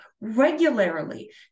regularly